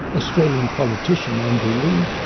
australian politician, andrew leigh,